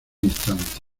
instante